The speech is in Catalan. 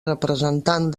representant